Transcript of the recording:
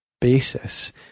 basis